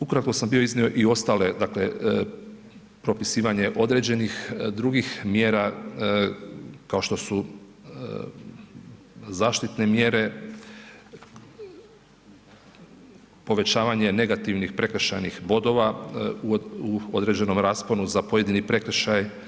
Ukratko sam bio iznio i ostale, dakle propisivanje određenih drugih mjera kao što su zaštitne mjere, povećavanje negativnih prekršajnih bodova u određenom rasponu za pojedini prekršaj.